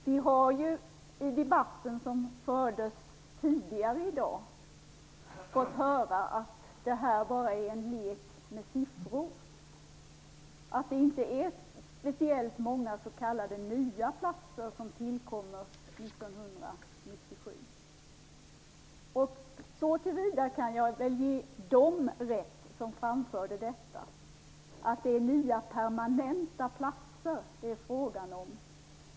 Vi har i den debatt som fördes tidigare i dag fått höra att det här bara är en lek med siffror, att det inte är speciellt många s.k. nya platser som tillkommer 1997. Så till vida kan jag ge dem rätt som framförde detta: att det är nya permanenta platser det handlar om.